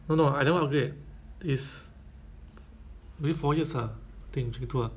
oh no I don't want upgrade it's maybe four years ah macam gitu ah